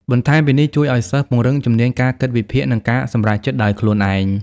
បន្ថែមពីនេះជួយឲ្យសិស្សពង្រឹងជំនាញការគិតវិភាគ និងការសម្រេចចិត្តដោយខ្លួនឯង។